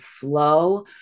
flow